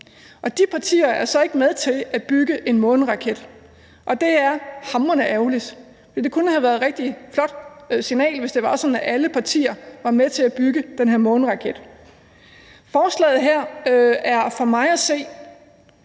De partier er så ikke med til at bygge en måneraket, og det er hamrende ærgerligt, for det kunne have været et rigtig flot signal, hvis det var sådan, at alle partier var med til at bygge den her måneraket. Forslaget her er for mig at se